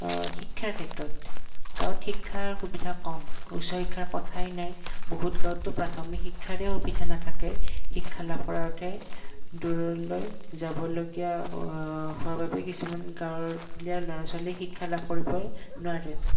শিক্ষাৰ ক্ষেত্ৰত গাঁৱত শিক্ষাৰ সুবিধা কম উচ্চ শিক্ষাৰ কথাই নাই বহুত গাঁৱততো প্ৰাথমিক শিক্ষাৰে সুবিধা নাথাকে শিক্ষা লাভৰ অৰ্থে দূৰলৈ যাবলগীয়া হোৱাৰ বাবে কিছুমান গাঁৱলীয়া ল'ৰা ছোৱালী শিক্ষা লাভ কৰিবই নোৱাৰে